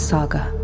Saga